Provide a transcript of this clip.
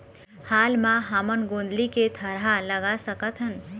हाल मा हमन गोंदली के थरहा लगा सकतहन?